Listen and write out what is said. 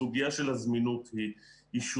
הסוגיה של הזמינות היא שולית.